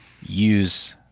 use –